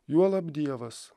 juolab dievas